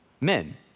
men